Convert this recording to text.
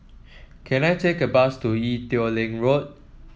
can I take a bus to Ee Teow Leng Road